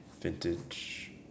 vintage